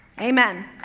Amen